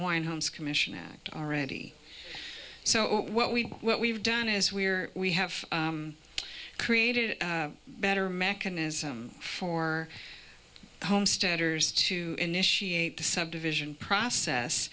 white homes commission act already so what we what we've done is we're we have created a better mechanism for the homesteaders to initiate the subdivision process